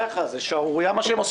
בחייך, זו שערורייה מה שהם עושים איתנו.